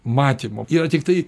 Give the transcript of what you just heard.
matymo yra tiktai